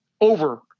over